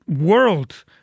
world